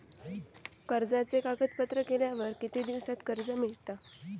कर्जाचे कागदपत्र केल्यावर किती दिवसात कर्ज मिळता?